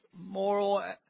moral